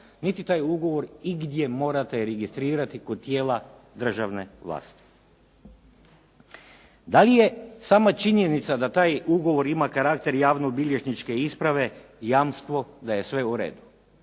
niti taj ugovor igdje morate registrirati kod tijela državne vlasti. Da li je sama činjenice da taj ugovor ima karakter javno bilježničke isprave, jamstvo da je sve uredu?